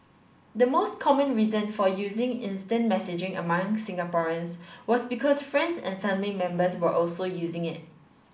the most common reason for using instant messaging among Singaporeans was because friends and family members were also using it